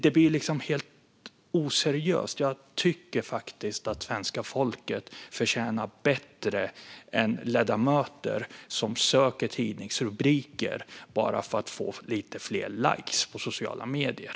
Det blir helt oseriöst. Jag tycker att svenska folket förtjänar bättre än ledamöter som söker tidningsrubriker bara för att få lite fler likes i sociala medier.